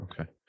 Okay